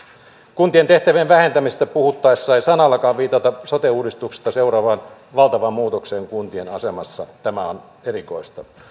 kuntien tehtävien vähentämisestä puhuttaessa ei sanallakaan viitata sote uudistuksesta seuraavaan valtavaan muutokseen kuntien asemassa tämä on erikoista